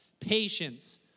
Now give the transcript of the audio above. patience